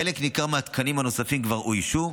חלק ניכר מהתקנים הנוספים כבר אוישו,